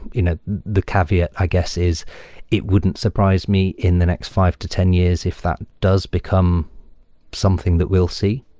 ah the caveat i guess is it wouldn't surprise me in the next five to ten years if that does become something that we'll see.